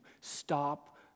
stop